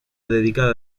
dedicada